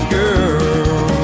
girl